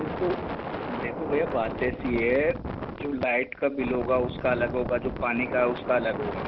देखो देखो भैया बात ऐसी है जो लाइट का बिल होगा उसका अलग होगा जो पानी का है उसका अलग होगा